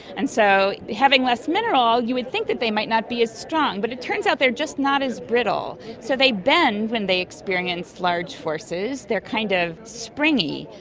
and so having less mineral you would think that they might not be as strong but it turns out they are just not as brittle. so they bend when they experience large forces, they are kind of springy.